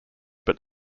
but